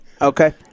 Okay